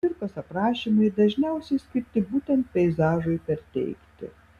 cvirkos aprašymai dažniausiai skirti būtent peizažui perteikti